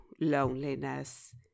loneliness